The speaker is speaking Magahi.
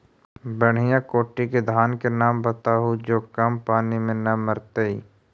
बढ़िया कोटि के धान के नाम बताहु जो कम पानी में न मरतइ?